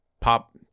pop